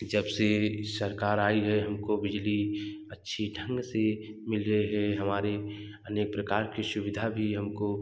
जब से सरकार आई है हमको बिजली अच्छी ढंग से मिल रहे है हमारे अनेक प्रकार के सुविधा भी हमको